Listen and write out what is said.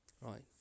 right